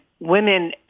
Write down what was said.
women